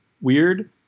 weird